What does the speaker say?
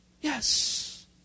Yes